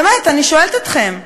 באמת, אני שואלת אתכם,